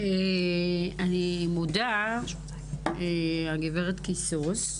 אני מודה, גב' קיסוס,